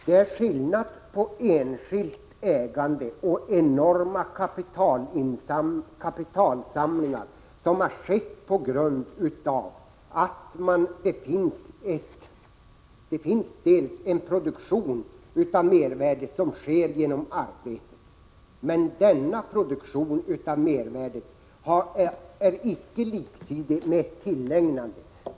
Herr talman! Det är skillnad på enskilt ägande och enorma kapitalansamlingar. Vissa har bildats på grund av att det finns en produktion av mervärde genom arbete, men denna produktion av mervärde är icke liktydig med tillägnande.